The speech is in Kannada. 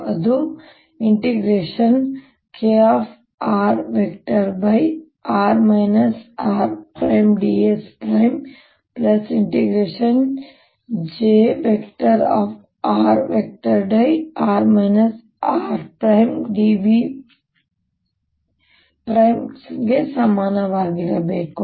ಅದು Kr|r r|dSjr|r r|dV ಸಮನಾಗಿರಬೇಕು